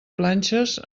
planxes